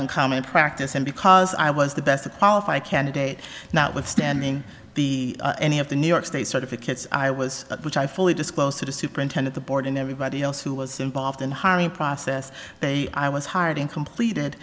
uncommon practice and because i was the best qualified candidate now withstanding the any of the new york state certificates i was at which i fully disclosed to the superintendent the board and everybody else who was involved in hiring process day i was hired in completed